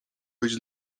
być